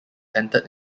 entered